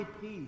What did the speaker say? peace